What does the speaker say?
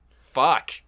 fuck